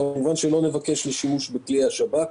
כמובן לא נבקש שימוש בכלי השב"כ.